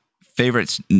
favorites